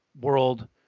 world